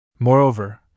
Moreover